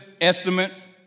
estimates